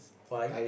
why